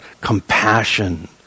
compassion